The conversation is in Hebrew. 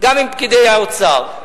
גם עם פקידי האוצר,